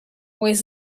weighs